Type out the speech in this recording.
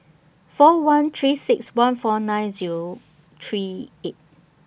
four one three six one four nine Zero three eight